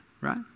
right